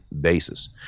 basis